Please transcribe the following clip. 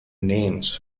names